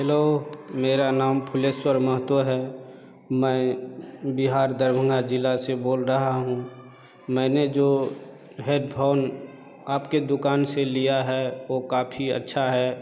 hello मेरा नाम फुलेश्वर महतो है मैं बिहार दरभंगा ज़िले से बोल रहा हूँ मैंने जो हेदफोन आपकी दुकान से लिया है वो काफ़ी अच्छा है